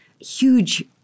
huge